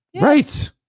right